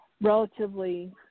relatively